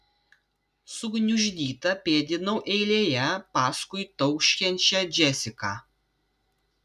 sugniuždyta pėdinau eilėje paskui tauškiančią džesiką